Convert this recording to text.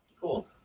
Cool